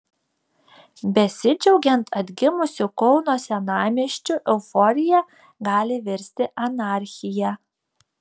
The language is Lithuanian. besidžiaugiant atgimusiu kauno senamiesčiu euforija gali virsti anarchija